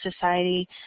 society